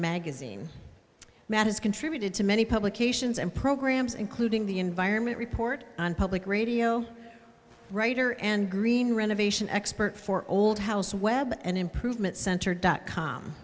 magazine matt has contributed to many publications and programs including the environment report on public radio writer and green renovation expert for old house web and improvement center dot com